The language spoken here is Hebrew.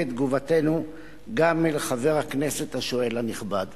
את תגובתנו גם לחבר הכנסת השואל הנכבד.